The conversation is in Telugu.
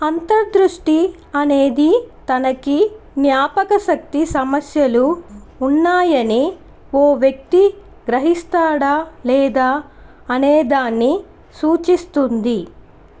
అంతర్ దృష్టి అనేది తనకి జ్ఞాపకశక్తి సమస్యలు ఉన్నాయని ఓ వ్యక్తి గ్రహిస్తాడా లేదా అనేదాన్ని సూచిస్తుంది